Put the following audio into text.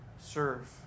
serve